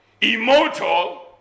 immortal